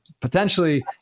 potentially